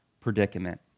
predicament